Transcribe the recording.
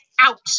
out